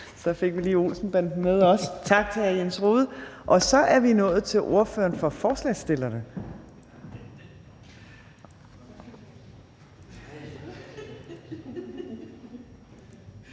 Så fik vi lige Olsen-banden med også. Tak til hr. Jens Rohde. Så er vi nået til ordføreren for forslagsstillerne.